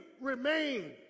remain